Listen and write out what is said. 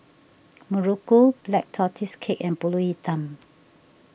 Muruku Black Tortoise Cake and Pulut Hitam